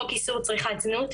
חוק איסור צריכת זנות,